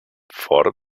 fort